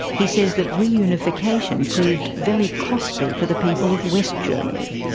he says that reunification proved very costly for the people of west germany.